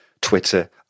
Twitter